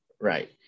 right